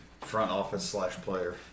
front-office-slash-player